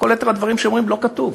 כל יתר הדברים שאומרים, לא כתוב.